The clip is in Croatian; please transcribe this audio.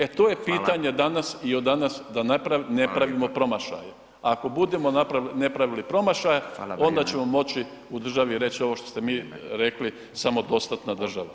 E to je pitanje danas [[Upadica: Hvala.]] i od danas da ne pravimo promašaje [[Upadica: Hvala lijepa.]] ako budemo ne pravili promašaje, onda ćemo [[Upadica: Hvala, vrijeme.]] moći u državi reći ovo što ste vi rekli, samo [[Upadica: Odgovor g. Zekanović.]] dostatna država.